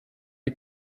die